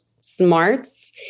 smarts